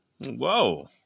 whoa